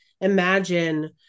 imagine